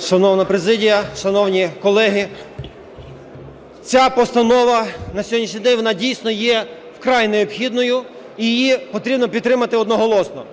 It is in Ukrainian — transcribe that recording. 11:51:35 ВЕНІСЛАВСЬКИЙ Ф.В. Шановна президія, шановні колеги, ця постанова на сьогоднішній день вона дійсно є вкрай необхідною, і її потрібно підтримати одноголосно.